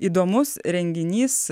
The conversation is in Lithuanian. įdomus renginys